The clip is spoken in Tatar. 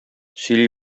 сөйли